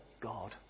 God